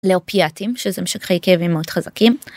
לאופייאטים שזה משככי כאבים מאוד חזקים.